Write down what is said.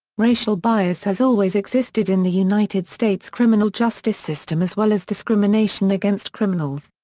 racial bias has always existed in the united states criminal justice system as well as discrimination against criminals.